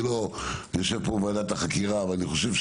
אני לא יושב פה בוועדת חקירה אבל יושבים